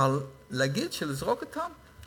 אבל להגיד לזרוק אותן?